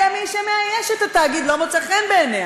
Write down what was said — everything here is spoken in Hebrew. אלא מי שמאייש את התאגיד לא מוצא חן בעיניה,